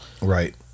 Right